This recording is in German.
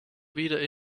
wieder